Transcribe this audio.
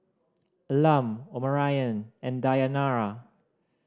Elam Omarion and Dayanara